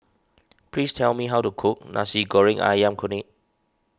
please tell me how to cook Nasi Goreng Ayam Kunyit